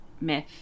myth